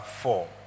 four